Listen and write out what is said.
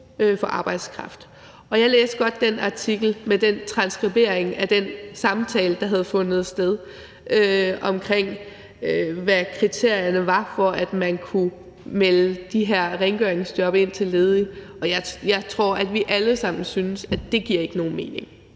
for arbejdskraft. Jeg læste godt den artikel med den transskribering af den samtale, der havde fundet sted, om, hvad kriterierne var, for at man kunne melde de her rengøringsjob ind til ledige, og jeg tror, at vi alle sammen synes, at det ikke giver nogen mening.